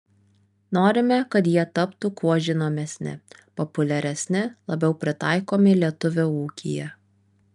norime kad jie taptų kuo žinomesni populiaresni labiau pritaikomi lietuvio ūkyje